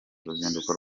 uruzinduko